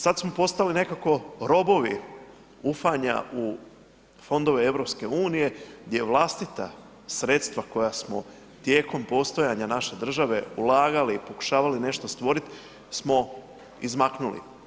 Sada smo postali nekako robovi ufanja u fondove EU gdje vlastita sredstva koja smo tijekom postojanja naše države ulagali i pokušavali nešto stvoriti smo izmaknuli.